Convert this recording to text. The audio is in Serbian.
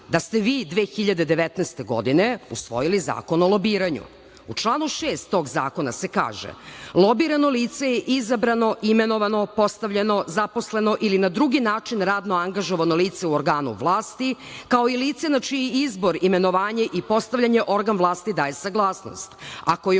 da ste vi 2019. godine usvojili Zakon o lobiranju. U članu 6. tog zakona se kaže - lobirano lice je izabrano, imenovano, postavljeno, zaposleno ili na drugi način radno angažovano lice u organu vlasti, kao i lice na čiji izbor, imenovanje i postavljanje organ vlasti daje saglasnost, a koje